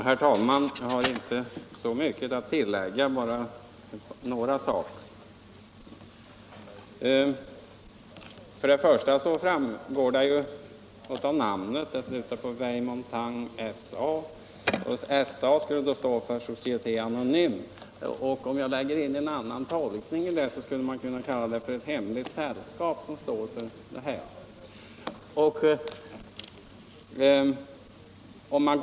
Herr talman! Jag har inte så mycket, men dock något, att tillägga. Först och främst är Vieille Montagne-bolagets namn intressant. Det slutar nämligen med bokstäverna S.A., och de skall stå för Société Anonyme. Om jag lägger in en annan tolkning i det begreppet, skulle jag kunna säga att det är ett hemligt sällskap som står för den här verksamheten.